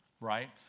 right